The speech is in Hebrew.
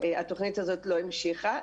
התוכנית הזאת לא המשיכה.